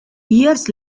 years